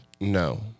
no